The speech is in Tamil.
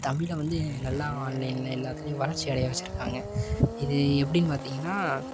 தமிழை வந்து நல்லா ஆன்லைனில் எல்லாத்துலேயும் வளர்ச்சி அடைய வெச்சுருக்காங்க இது எப்படின்னு பார்த்தீங்கன்னா